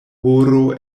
horo